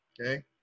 okay